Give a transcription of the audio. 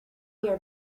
your